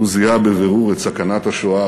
הוא זיהה בבירור את סכנת השואה,